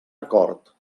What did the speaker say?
acord